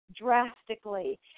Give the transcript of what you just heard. drastically